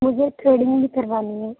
مجھے تھریڈنگ بھی کروانی ہے